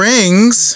Rings